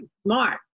smart